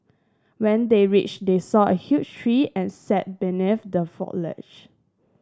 when they reached they saw a huge tree and sat beneath the foliage